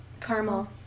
Caramel